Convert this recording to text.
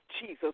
Jesus